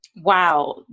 Wow